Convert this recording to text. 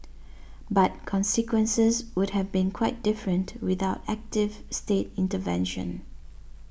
but consequences would have been quite different without active state intervention